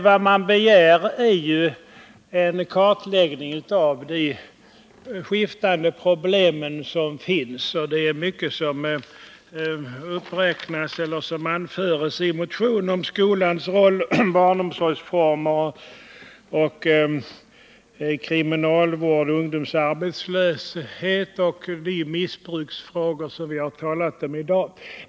Vad motionärerna begär är en kartläggning av de skiftande problem som finns, och det är mycket som anförs i motionen om skolans roll, barnomsorgsformer, kriminalvård, ungdomsarbetslöshet och de missbruksfrågor som vi har talat om i dag.